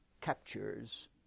captures